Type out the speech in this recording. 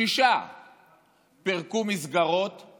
שישה פירקו מסגרות עם